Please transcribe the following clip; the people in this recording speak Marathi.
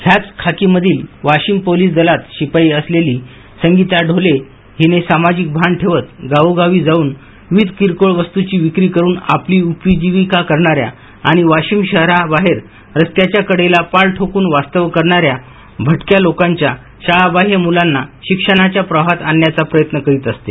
ह्याच खाकी मधील वाशिम पोलीस दलात शिपाई असलेली संगीता ढोले हिने सामाजिक भान ठेवत गावोगावी जाऊन विविध किरकोळ वस्तूची विक्री करून आपली उपजीविका करणाऱ्या आणि वाशिम शहराबाहेर रस्त्याच्या कडेला पाल ठोकून वास्तव्य करणाऱ्या भटक्या लोकांच्या शाळाबाह्य मुलांना शिक्षणाच्या प्रवाहात आणण्याचा प्रयत्न करीत असते